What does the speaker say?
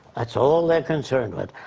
that's all they're concerned with.